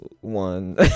one